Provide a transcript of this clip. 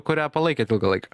kurią palaikėt ilgą laiką